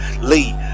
Lee